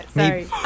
Sorry